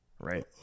right